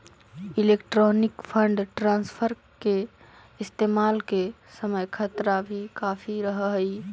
electronic fund transfer के इस्तेमाल के समय खतरा भी काफी रहअ हई